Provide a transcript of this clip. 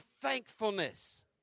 thankfulness